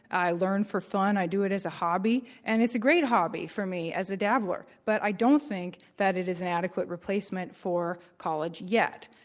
i learn for fun. i do it as a hobby, and it's a great hobby for me as a dabbler, but i don't think that it is an adequate replacement for college yet.